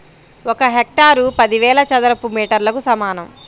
ఒక హెక్టారు పదివేల చదరపు మీటర్లకు సమానం